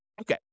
Okay